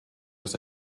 was